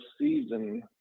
season